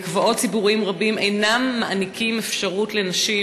מקוואות ציבוריים רבים אינם נותנים אפשרות לנשים